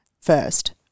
first